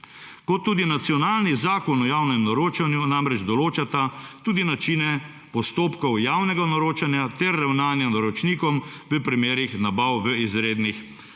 kot tudi nacionalni zakon o javnem naročanju namreč določata tudi načine postopkov javnega naročanja ter ravnanja naročnikov v primerih nabav v izrednih